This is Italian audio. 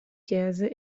chiese